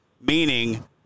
meaning